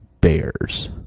bears